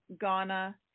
Ghana